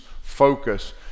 focus